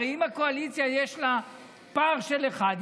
הרי אם יש לקואליציה פער של אחד,